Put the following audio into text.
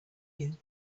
you